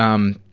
um,